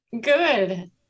Good